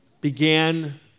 began